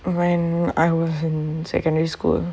when I was in secondary school